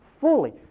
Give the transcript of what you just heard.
fully